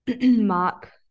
mark